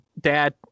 dad